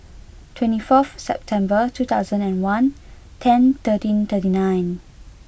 twenty fourth September two thousand and one ten thirteen thirty nine